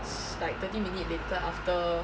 it's like thirty minute later after